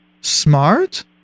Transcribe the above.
smart